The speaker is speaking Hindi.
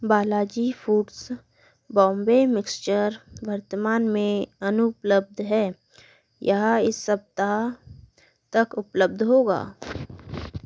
बालाजी फूड्स बॉम्बे मिक्सचर वर्तमान में अनुपलब्ध है यह इस सप्ताह तक उपलब्ध होगा